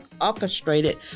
orchestrated